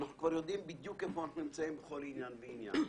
אנחנו יודעים בדיוק איפה אנחנו נמצאים בכל עניין ועניין.